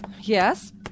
Yes